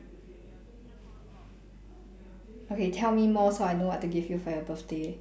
okay tell me more so I know what to give you for your birthday